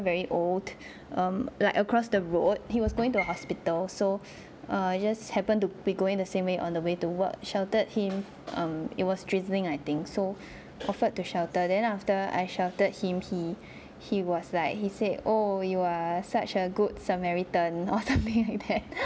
very old um like across the road he was going to hospital so err just happen to be going the same way on the way to work sheltered him um it was drizzling I think so offered to shelter then after I sheltered him he he was like he say oh you are such a good samaritan or something like that